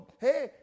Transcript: Hey